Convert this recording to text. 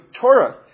Torah